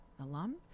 alum